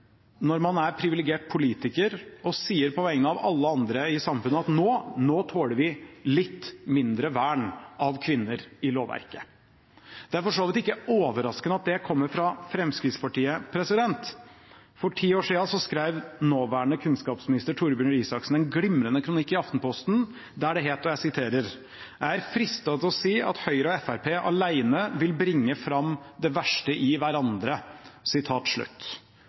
når man er privilegert politiker og på vegne av alle andre i samfunnet sier at nå tåler vi litt mindre vern av kvinner i lovverket. Det er for så vidt ikke overraskende at det kommer fra Fremskrittspartiet. For ti år siden skrev nåværende kunnskapsminister Torbjørn Røe Isaksen en glimrende kronikk i Samtiden der det het: «Jeg er fristet til å si at Høyre og FrP alene vil bringe ut det verste i hverandre.»